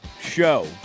show